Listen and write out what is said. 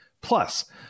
Plus